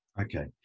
Okay